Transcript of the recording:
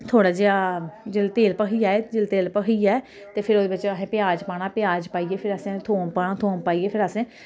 थोह्ड़ा जेहा जिल्लै तेल भखी जाये जेल्लै तेल भखी जाये ते फिर ओह्दे बिच असैं प्याज पाना प्याज पाइयै फिर असैं थोम पाना थोम पाइयै फिर असें